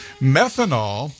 Methanol